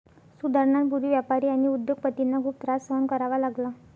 सुधारणांपूर्वी व्यापारी आणि उद्योग पतींना खूप त्रास सहन करावा लागला